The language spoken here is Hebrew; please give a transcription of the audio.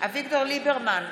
אביגדור ליברמן,